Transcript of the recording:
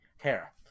hair